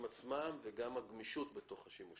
עצמם וגם את הגמישות בתוך השימושים.